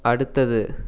அடுத்தது